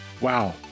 wow